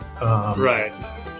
Right